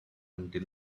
until